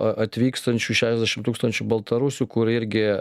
atvykstančių šešiasdešim tūkstančių baltarusių kur irgi